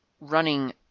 running